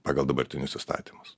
pagal dabartinius įstatymus